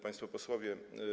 Państwo Posłowie!